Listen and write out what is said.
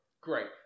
Great